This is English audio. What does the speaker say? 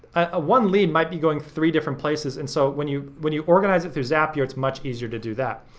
ah one lead might be going three different places. and so when you when you organize it through zapier it's much easier to do that.